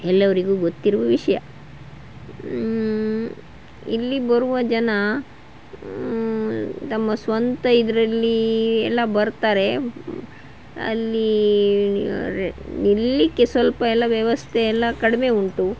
ಎಲ್ಲವ್ರಿಗೂ ಗೊತ್ತಿರುವ ವಿಷಯ ಇಲ್ಲಿ ಬರುವ ಜನ ತಮ್ಮ ಸ್ವಂತ ಇದರಲ್ಲೀ ಎಲ್ಲ ಬರ್ತಾರೆ ಅಲ್ಲೀ ನಿಲ್ಲಿಕ್ಕೆ ಸ್ವಲ್ಪ ಎಲ್ಲ ವ್ಯವಸ್ಥೆ ಎಲ್ಲ ಕಡಿಮೆ ಉಂಟು